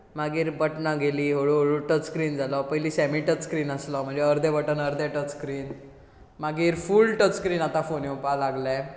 मागीर बटनां गेली हळू हळू टच स्क्रीन जालो पयलीं सेमी टच स्क्रीन आसलो म्हणजें अर्दे बटन आनी अर्दें टच स्क्रीन मागीर फुल टच सक्रीन आतां फोन येवपाक लागले